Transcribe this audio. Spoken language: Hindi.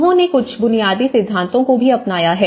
उन्होंने कुछ बुनियादी सिद्धांतों को भी अपनाया है